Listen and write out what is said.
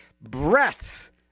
breaths